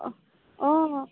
অহ অঁ